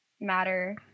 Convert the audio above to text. matter